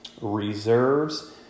reserves